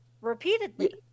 repeatedly